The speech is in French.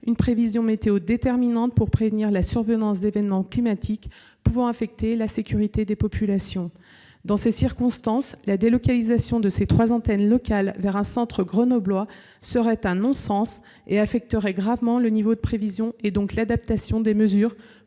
une prévision météo déterminante pour prévenir la survenance d'événements climatiques pouvant affecter la sécurité des populations. Dans ces circonstances, la délocalisation de ces trois antennes locales vers un centre grenoblois serait un non-sens qui affecterait gravement le niveau de prévision et, donc, l'adaptation des mesures